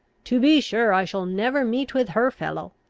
to be sure i shall never meet with her fellow!